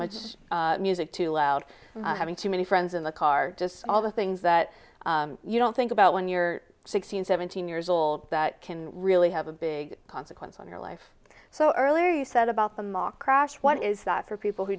much music too loud having too many friends in the car just all the things that you don't think about when you're sixteen seventeen years old that can really have a big consequence on your life so earlier you said about the mark crash what is that for people who